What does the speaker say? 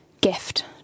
gift